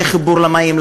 זה חיבור למים,